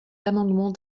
d’amendements